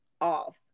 off